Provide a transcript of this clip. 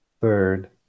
Third